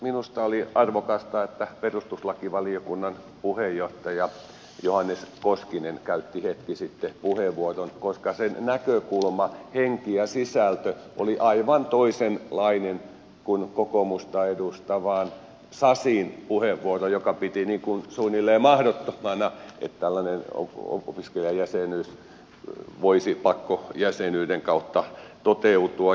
minusta oli arvokasta että perustuslakivaliokunnan puheenjohtaja johannes koskinen käytti hetki sitten puheenvuoron koska sen näkökulma henki ja sisältö oli aivan toisenlainen kuin kokoomusta edustavan sasin puheenvuoro jossa pidettiin suunnilleen mahdottomana että tällainen opiskelijajäsenyys voisi pakkojäsenyyden kautta toteutua